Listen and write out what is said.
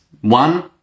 One